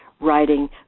writing